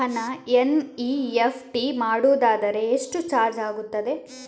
ಹಣ ಎನ್.ಇ.ಎಫ್.ಟಿ ಮಾಡುವುದಾದರೆ ಎಷ್ಟು ಚಾರ್ಜ್ ಆಗುತ್ತದೆ?